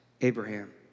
Abraham